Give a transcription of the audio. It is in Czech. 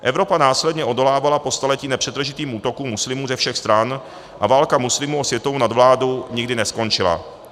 Evropa následně odolávala po staletí nepřetržitým útokům muslimů ze všech stran a válka muslimů o světovou nadvládu nikdy neskončila.